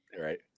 Right